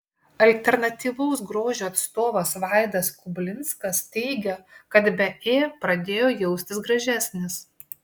alternatyvaus grožio atstovas vaidas kublinskas teigia kad be ė pradėjo jaustis gražesnis